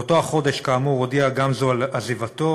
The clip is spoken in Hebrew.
באותו חודש, כאמור, הודיע גמזו על עזיבתו,